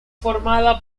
formada